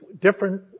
different